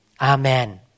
Amen